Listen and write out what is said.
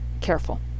careful